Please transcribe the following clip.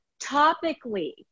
Topically